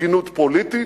תקינות פוליטית,